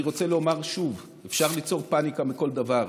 אני רוצה לומר שוב: אפשר ליצור פניקה מכל דבר.